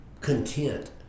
content